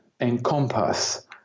encompass